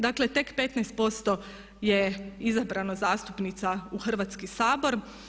Dakle, tek 15% je izabrano zastupnica u Hrvatski sabor.